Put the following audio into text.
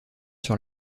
sur